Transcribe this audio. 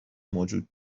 موجود